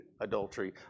adultery